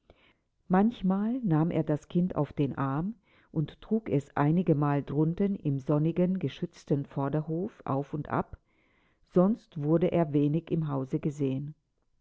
manchmal nahm er das kind auf den arm und trug es einigemal drunten im sonnigen geschützten vorderhof auf und ab sonst wurde er wenig im hause gesehen